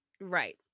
right